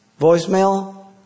voicemail